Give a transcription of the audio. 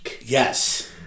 Yes